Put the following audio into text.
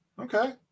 Okay